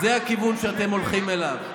זה הכיוון שאתם הולכים אליו.